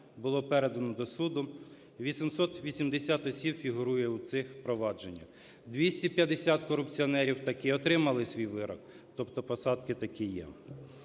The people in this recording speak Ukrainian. було передано до суду, 880 осіб фігурує в цих провадженнях, 250 корупціонерів таки отримали свій вирок, тобто посадки такі є.